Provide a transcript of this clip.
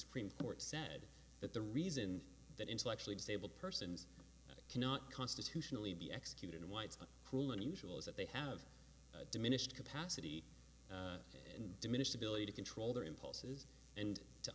supreme court said that the reason that intellectually disabled persons cannot constitutionally be executed whites cruel and unusual is that they have diminished capacity and diminished ability to control their impulses and to